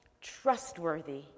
trustworthy